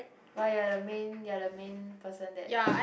why you are the main you are the main person that